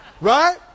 Right